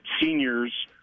seniors